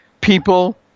people